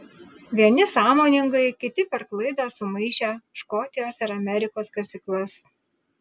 vieni sąmoningai kiti per klaidą sumaišę škotijos ir amerikos kasyklas